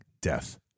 death